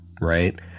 right